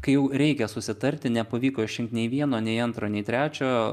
kai jau reikia susitarti nepavyko išrinkti nei vieno nei antro nei trečio